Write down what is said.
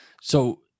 So-